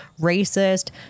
racist